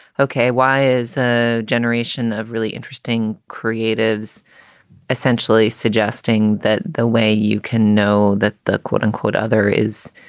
okay, why is a generation of really interesting creatives essentially suggesting that the way you can know that the quote unquote other is,